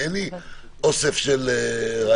אין לי אוסף של רעיונות.